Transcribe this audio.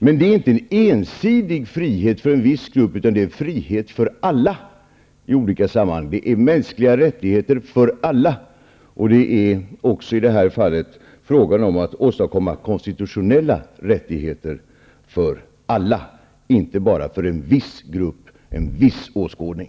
Men det är inte en ensidig frihet för en viss grupp, utan det är frihet för alla. Det gäller mänskliga rättigheter för alla. Det är också i det här fallet fråga om att åstadkomma konstitutionella rättigheter för alla, inte bara för en viss grupp, en viss åskådning.